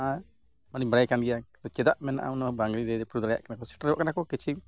ᱟᱨ ᱦᱚᱸᱞᱤᱧ ᱵᱟᱲᱟᱭ ᱠᱟᱱ ᱜᱮᱭᱟ ᱪᱮᱫᱟᱜ ᱢᱮᱱᱟᱜᱼᱟ ᱚᱱᱟ ᱵᱟᱝᱞᱤᱧ ᱞᱟᱹᱭ ᱞᱟᱹᱯᱟᱹᱭ ᱫᱟᱲᱮᱭᱟᱜ ᱠᱟᱱᱟ ᱥᱮᱴᱮᱨ ᱠᱟᱱᱟᱠᱚ ᱠᱤᱪᱷᱩ